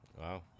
Wow